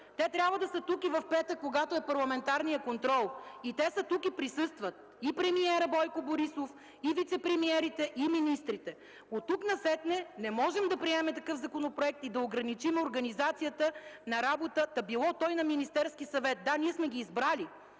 трябва да са тук и в петък, когато е парламентарният контрол, и те са тук и присъстват – и премиерът Бойко Борисов, и вицепремиерите, и министрите. Оттук насетне не можем да приемем такъв законопроект и да ограничим организацията на работата, та било то и на Министерския съвет. Да, ние сме ги избрали,